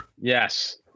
Yes